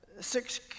six